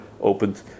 opened